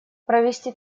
провести